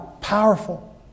Powerful